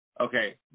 Okay